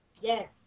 Yes